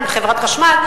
עם חברת חשמל.